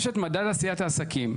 יש את מדד עשיית העסקים,